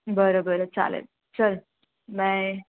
बरं बरं चालेल चल बाय